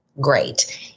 Great